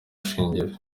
shingiro